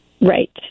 Right